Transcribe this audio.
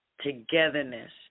Togetherness